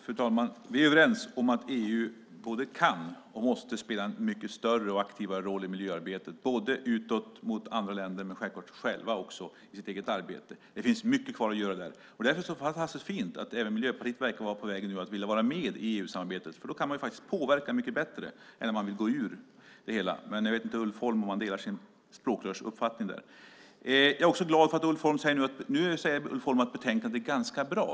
Fru talman! Vi är överens om att EU både kan och måste spela en mycket större och aktivare roll i miljöarbetet både utåt mot andra länder och mot oss själva i vårt eget arbete. Det finns mycket kvar att göra där. Därför är det så fantastiskt fint att även Miljöpartiet nu verkar vara på väg att vilja vara med i EU-samarbetet. Då kan man påverka mycket bättre än om man vill gå ur det hela. Men jag vet inte om Ulf Holm delar sina språkrörs uppfattning där. Jag är också glad för att Ulf Holm nu säger att utlåtandet är ganska bra.